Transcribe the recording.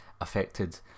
affected